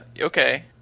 Okay